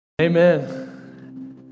Amen